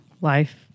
life